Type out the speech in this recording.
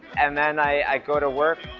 and then i go to work.